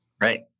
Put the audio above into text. Right